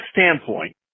standpoint